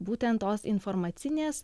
būtent tos informacinės